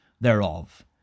thereof